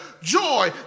Joy